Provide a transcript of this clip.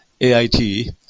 AIT